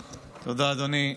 תודה, אדוני.